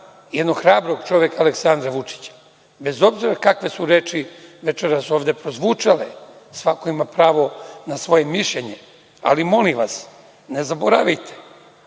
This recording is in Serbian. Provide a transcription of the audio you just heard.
jednog hrabrog čoveka Aleksandra Vučića, bez obzira kakve su reči večeras ove prozvučale. Svako ima pravo na svoje mišljenje, ali molim vas, ne zaboravite,